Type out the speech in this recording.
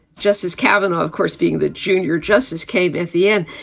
justice cavenagh, of course, being the junior justice, came at the end.